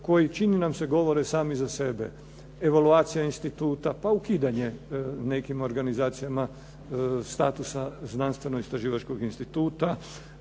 koji, čini nam se, govore sami za sebe. Evaluacija instituta, pa ukidanje nekim organizacijama statusa znanstveno-istraživačkog instituta,